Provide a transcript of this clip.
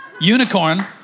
unicorn